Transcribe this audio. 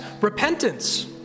Repentance